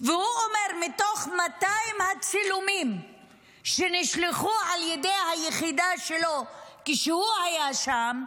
והוא אומר: מתוך 200 צילומים שנשלחו על ידי היחידה שלו כשהוא היה שם,